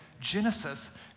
Genesis